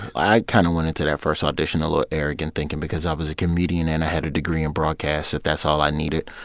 i kind of went into that first audition a little arrogant, thinking because i was a comedian and i had a degree in broadcast that that's all i needed.